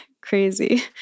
Crazy